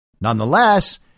Nonetheless